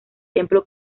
templo